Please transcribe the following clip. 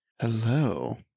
hello